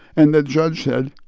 and the judge said,